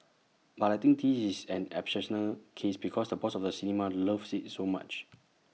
but I think this is an exceptional case because the boss of the cinema loves IT so much